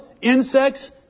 insects